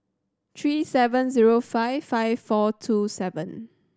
three seven zero five five four two seven